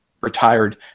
retired